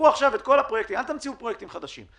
אל תמציאו פרויקטים חדשים.